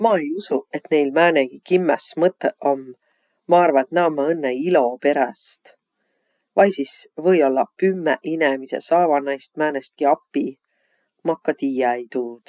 Ma ei usuq, et näil määnegi kimmäs mõtõq om. Ma arva, et naaq ommaq õnnõ ilo peräst. Vai sis või-ollaq pümmeq inemiseq saavaq näist määnestki api. Maq ka tiiä-ei tuud.